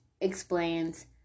explains